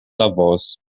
avós